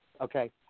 okay